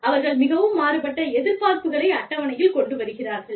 அவர்கள் மிகவும் மாறுபட்ட எதிர்பார்ப்புகளை அட்டவணையில் கொண்டு வருகிறார்கள்